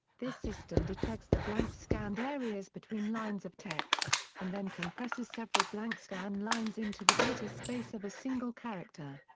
this system detects the blank scanned areas between lines of text, and then compresses several blank scan lines into the data space of a single character.